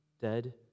dead